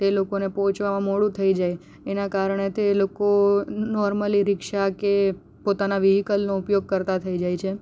તે લોકોને પહોંચવામાં મોડું થઈ જાય એના કારણે તે લોકો નૉર્મલી રિક્ષા કે પોતાના વ્હિકલનો ઉપયોગ કરતા થઈ જાય છે